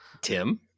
Tim